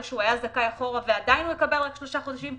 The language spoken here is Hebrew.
או שהוא היה זכאי אחורה ועדיין יקבל רק שלושה חודשים?